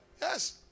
Yes